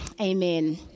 amen